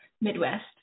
Midwest